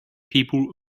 people